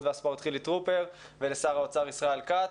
והספורט חילי טרופר ולשר האוצר ישראל כץ.